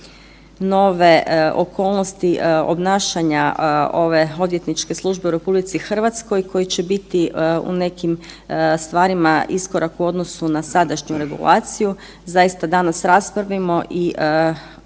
nove okolnosti obnašanja ove odvjetničke službe u RH koje će biti u nekim stvarima iskorak u odnosu na sadašnju regulaciju zaista danas raspravimo i kada to bude